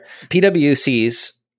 PwC's